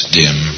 dim